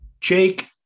Jake